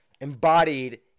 embodied